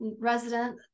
resident